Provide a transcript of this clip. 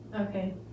Okay